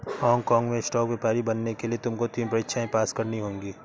Hong काँग में stock व्यापारी बनने के लिए तुमको तीन परीक्षाएं पास करनी होंगी